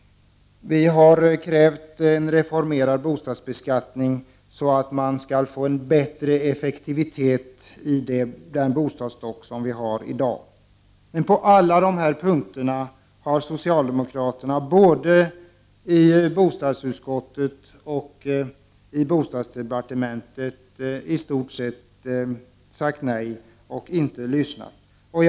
Vi har krävt en reformerad bostadsbeskattning syftande till bättre effektivitet i den bostadsstock som vi i dag har. På alla dessa punkter har socialdemokraterna dock, både i bostadsutskottet och i bostadsdepartementet, i stort sett sagt nej och inte velat lyssna.